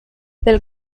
del